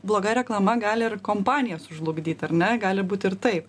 bloga reklama gali ir kompaniją sužlugdyt ar ne gali būt ir taip